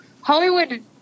Hollywood